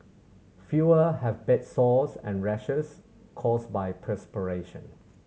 fewer have bed sores and rashes caused by perspiration